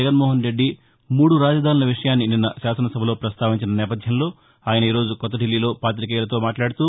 జగన్మోహన్రెడ్డి మూడు రాజధానుల విషయాన్ని నిన్న శాసనసభలో పస్తావించిన నేపధ్యంలో ఆయన ఈరోజు కొత్త దిల్లీలో పాతికేయులతో మాట్లాదుతూ